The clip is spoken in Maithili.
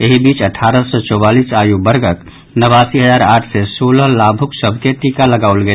एहि बीच अठारह सँ चौवालीस आयु वर्गक नवासी हजार आठ सय सोलह लाभुक सभ के टीका लगाओल गेल